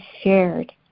shared